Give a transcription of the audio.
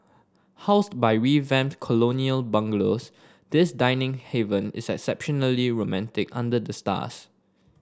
housed by revamped colonial bungalows this dining haven is exceptionally romantic under the stars